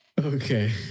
Okay